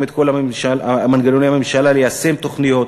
את כל מנגנוני הממשלה ליישם תוכניות,